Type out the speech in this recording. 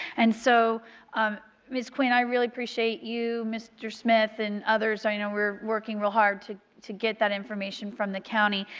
and so ms. quinn, i really appreciate you mr. smith and others, i know we are working real hard to to get that information from the county.